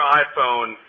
iPhone